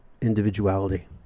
individuality